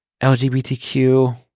LGBTQ